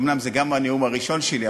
אומנם זה גם נאום הראשון שלי,